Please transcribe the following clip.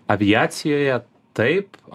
aviacijoje taip